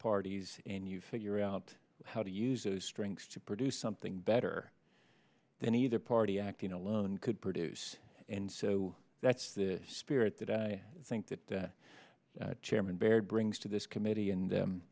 parties and you figure out how to use those strengths to produce something better than either party acting alone could produce and so that's the spirit that i think that chairman baird brings to this committee and